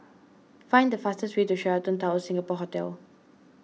find the fastest way to Sheraton Towers Singapore Hotel